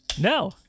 No